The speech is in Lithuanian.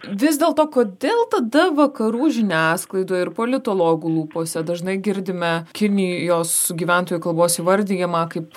vis dėlto kodėl tada vakarų žiniasklaidoj ir politologų lūpose dažnai girdime kinijos gyventojų kalbos įvardijimą kaip